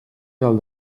del